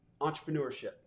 entrepreneurship